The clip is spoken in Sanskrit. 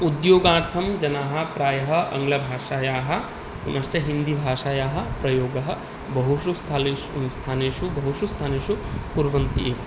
उद्योगार्थं जनाः प्रायः आङ्ग्लभाषायाः पुनश्च हिन्दीभाषायाः प्रयोगं बहुषु स्थलेषु स्थानेषु बहुषु स्थानेषु कुर्वन्ति एव